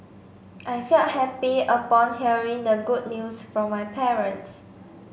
I felt happy upon hearing the good news from my parents